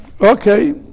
Okay